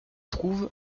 trouve